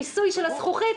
בעניין המיסוי על הזכוכית,